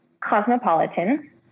cosmopolitan